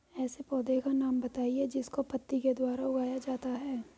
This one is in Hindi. ऐसे पौधे का नाम बताइए जिसको पत्ती के द्वारा उगाया जाता है